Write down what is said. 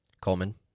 Coleman